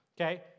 okay